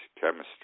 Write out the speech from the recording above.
chemistry